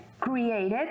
created